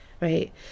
right